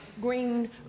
Green